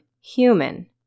human